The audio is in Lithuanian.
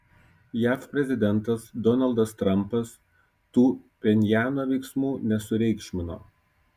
jav prezidentas donaldas trampas tų pchenjano veiksmų nesureikšmino